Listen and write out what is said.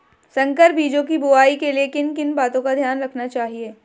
संकर बीजों की बुआई के लिए किन किन बातों का ध्यान रखना चाहिए?